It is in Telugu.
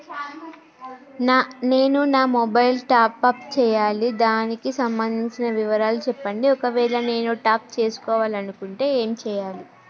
నేను నా మొబైలు టాప్ అప్ చేయాలి దానికి సంబంధించిన వివరాలు చెప్పండి ఒకవేళ నేను టాప్ చేసుకోవాలనుకుంటే ఏం చేయాలి?